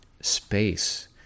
space